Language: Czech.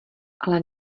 ale